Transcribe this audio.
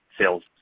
sales